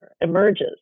emerges